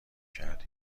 کردی